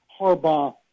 Harbaugh